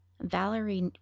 Valerie